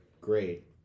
great